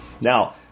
Now